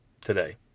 today